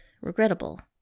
regrettable